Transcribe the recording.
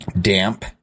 damp